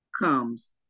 comes